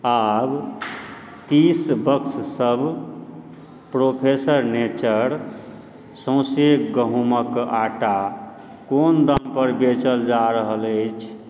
आब तीस बक्ससभ प्रोफेसर नेचर सऔसे गहूँमक आटा कोन दाम पर बेचल जा रहल अछि